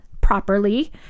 properly